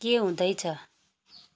के हुँदैछ